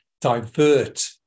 divert